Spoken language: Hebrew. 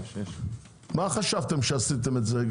מה חשבתם כשעשיתם את זה?